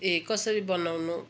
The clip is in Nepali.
ए कसरी बनाउनु